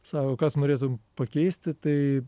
sako ką tu norėtum pakeisti tai